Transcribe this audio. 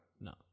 No